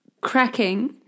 cracking